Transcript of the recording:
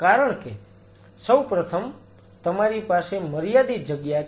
કારણ કે સૌ પ્રથમ તમારી પાસે મર્યાદિત જગ્યા છે